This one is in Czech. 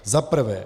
Zaprvé.